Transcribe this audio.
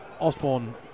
Osborne